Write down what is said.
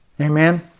Amen